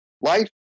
Life